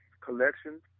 collections